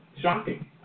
Shocking